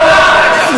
שזורקים את התורה לפח.